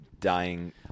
dying